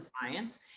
science